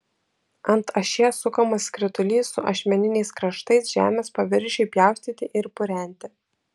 ant ašies sukamas skritulys su ašmeniniais kraštais žemės paviršiui pjaustyti ir purenti